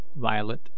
Violet